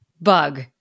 Bug